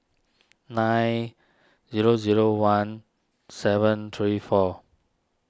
nine zero zero one seven three four